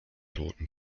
toten